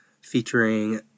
featuring